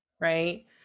Right